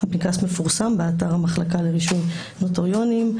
הפנקס מפורסם באתר המחלקה לרישום נוטריונים,